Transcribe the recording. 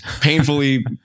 painfully